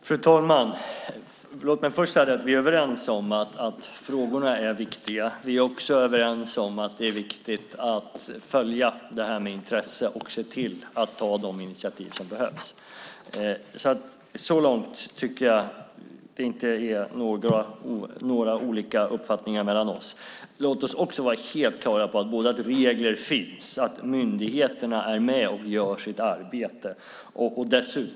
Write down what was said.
Fru talman! Vi är överens om att frågorna är viktiga. Vi är också överens om att det är viktigt att följa frågorna med intresse och se till att ta de initiativ som behövs. Så långt tycker jag inte att det råder några olika uppfattningar mellan oss. Låt oss också vara helt klara över att regler finns, att myndigheterna är med och gör sitt arbete.